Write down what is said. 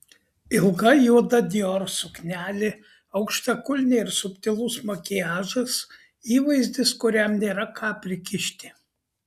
ilga juoda dior suknelė aukštakulniai ir subtilus makiažas įvaizdis kuriam nėra ką prikišti